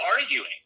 arguing